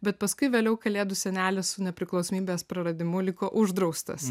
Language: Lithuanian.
bet paskui vėliau kalėdų senelis su nepriklausomybės praradimu liko uždraustas